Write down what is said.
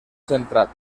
centrat